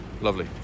Lovely